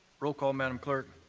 roll call, madam clerk.